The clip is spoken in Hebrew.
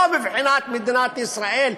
ולא מבחינת מדינת ישראל,